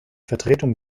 vertretung